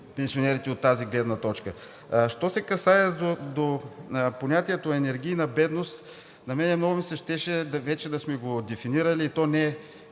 засегнати от тази гледна точка. Що се касае до понятието „енергийна бедност“, на мен много ми се искаше вече да сме го дефинирали, и то не